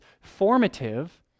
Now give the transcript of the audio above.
formative